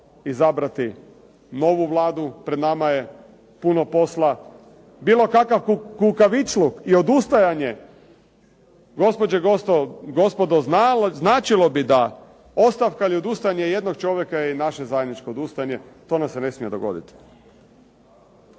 izabrati novu Vladu. Pred nama je puno posla. Bilo kakav kukavičluk i odustajanje, gospođe i gospodo značilo bi da ostavka ili odustajanje jednog čovjeka je i naše zajedničko odustajanje. To nam se ne smije dogoditi.